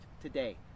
today